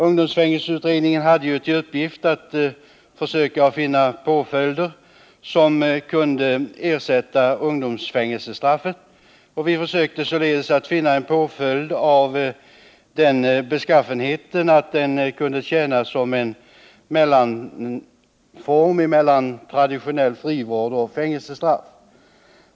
Ungdomsfängelseutredningen hade till uppgift att försöka finna påföljder som kunde ersätta ungdomsfängelsestraffet. Vi försökte således att finna en påföljd som hade en sådan beskaffenhet att den kunde tjäna som en mellanform mellan traditionell frivård och fängelsestraff.